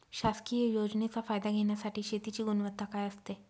शासकीय योजनेचा फायदा घेण्यासाठी शेतीची गुणवत्ता काय असते?